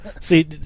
See